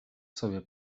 sobie